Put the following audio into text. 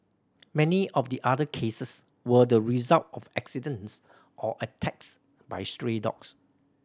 many of the other cases were the result of accidents or attacks by stray dogs